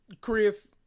Chris